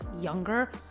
younger